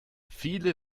viele